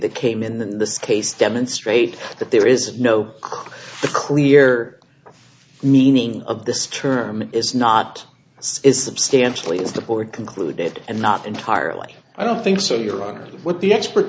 that came in this case demonstrate that there is no clear clear meaning of this term is not is substantially as the board concluded and not entirely i don't think so your honor what the expert